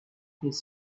his